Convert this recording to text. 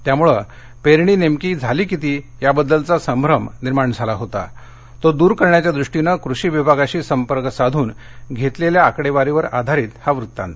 त्यामुळेच पेरणी नेमकी झाली किती याबद्दलचा संभ्रम निर्माण झाला होता तो दूर करण्याच्या दृष्टीनं कृषी विभागाशी संपर्क साधून घेतलेल्या आकडेवारीवर आधारित हा वृत्तान्त